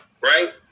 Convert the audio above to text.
right